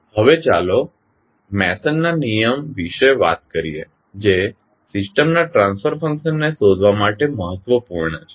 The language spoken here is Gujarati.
હવે ચાલો મેસનના નિયમ Mason's rule વિશે વાત કરીએ જે સિસ્ટમના ટ્રાન્સફર ફંકશનને શોધવા માટે મહત્વપૂર્ણ છે